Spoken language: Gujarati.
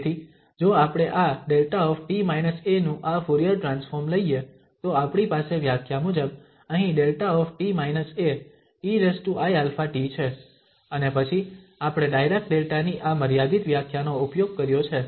તેથી જો આપણે આ 𝛿t−a નું આ ફુરીયર ટ્રાન્સફોર્મ લઈએ તો આપણી પાસે વ્યાખ્યા મુજબ અહીં 𝛿 eiαt છે અને પછી આપણે ડાયરાક ડેલ્ટા ની આ મર્યાદિત વ્યાખ્યાનો ઉપયોગ કર્યો છે